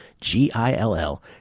g-i-l-l